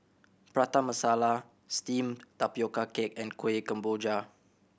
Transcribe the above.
Prata Masala Steamed Tapioca Cake and Kuih Kemboja